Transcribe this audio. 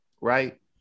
right